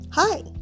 Hi